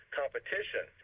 competition